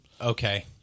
Okay